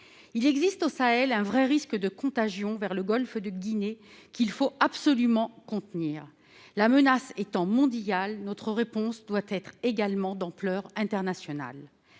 Il existe au Sahel un vrai risque de contagion vers le golfe de Guinée, qu'il faut absolument contenir. La menace étant mondiale, notre réponse doit également être d'ampleur internationale.